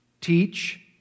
teach